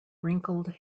wrinkled